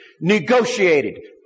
negotiated